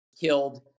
killed